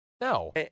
No